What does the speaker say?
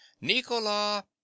Nikola